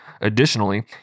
Additionally